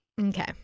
okay